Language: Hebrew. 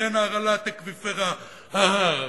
בין הרעלת אקוויפר ההר,